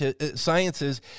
Sciences